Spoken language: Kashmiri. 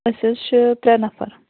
أسۍ حظ چھِ ترٛےٚ نَفَر